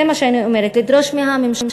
זה מה שאני אומרת: לדרוש מהממשלה,